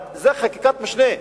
חקיקת משנה,